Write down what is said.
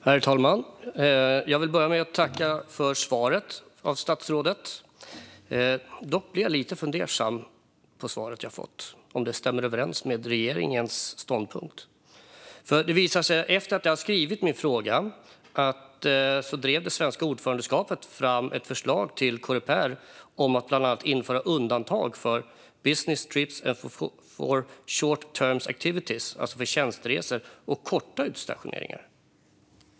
Herr talman! Jag vill börja med att tacka för svaret från statsrådet. Jag blir dock lite fundersam om svaret stämmer överens med regeringens ståndpunkt. Efter att jag skrivit min interpellation visade det sig att det svenska ordförandeskapet drev fram ett förslag till Coreper om att bland annat införa undantag för Business Trips och för Short Term Activities, alltså för tjänsteresor och korta utstationeringar.